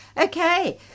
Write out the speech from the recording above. Okay